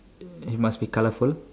it must be colourful